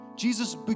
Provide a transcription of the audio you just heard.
Jesus